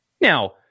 Now